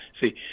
See